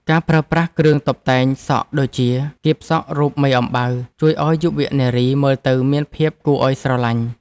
ការប្រើប្រាស់គ្រឿងតុបតែងសក់ដូចជាកៀបសក់រូបមេអំបៅ ជួយឱ្យយុវនារីមើលទៅមានភាពគួរឱ្យស្រលាញ់។